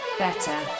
better